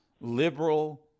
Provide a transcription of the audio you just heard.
liberal